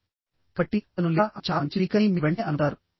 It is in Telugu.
కాబట్టి అతను లేదా ఆమె చాలా మంచి స్పీకర్ అని మీరు వెంటనే అనుకుంటారు